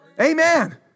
Amen